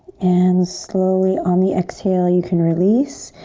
and slowly on the exhale you can release.